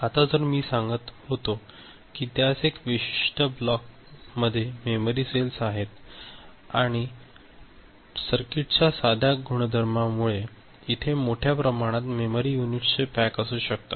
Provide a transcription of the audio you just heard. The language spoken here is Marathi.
आता जसे की मी सांगत होतो की त्यास एका विशिष्ट ब्लॉकमध्ये मेमरी सेल्स आहेत आणि सर्किटच्या साध्या गुणधर्मामुळे इथे मोठ्या प्रमाणात मेमरी युनिट्सचे पॅक असू शकतात